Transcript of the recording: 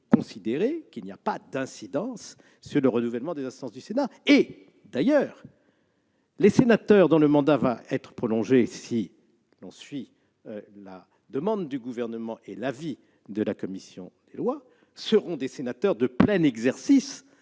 considérer que cela n'a pas d'incidence sur le renouvellement des instances du Sénat. D'ailleurs, les collègues dont le mandat va être prolongé, si l'on suit la demande du Gouvernement et l'avis de la commission des lois, seront des sénateurs de plein exercice